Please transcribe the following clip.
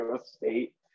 State